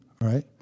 right